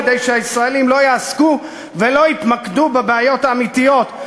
כדי שהישראלים לא יעסקו ולא יתמקדו בבעיות האמיתיות,